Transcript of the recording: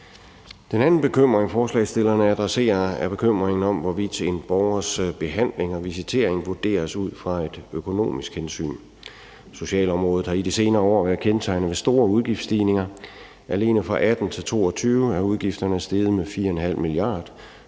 Den anden bekymring, forslagsstillerne adresserer, er bekymringen om, hvorvidt en borgers behandling og visitering vurderes ud fra et økonomisk hensyn. Socialområdet har i de senere år været kendetegnet ved store udgiftsstigninger, alene fra 2018 til 2022 er udgifterne steget med 4,5 mia.